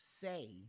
say